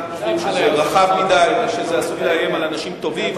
אנחנו חושבים שזה רחב מדי וזה עשוי לאיים על אנשים טובים.